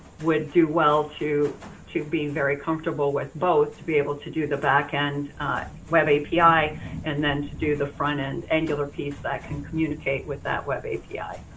would do well to to be very comfortable with both, to be able to do the backend web api and then to do the front end angular piece that can communicate with that web api.